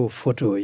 photo